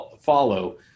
follow